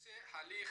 נושא הליך